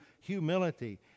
humility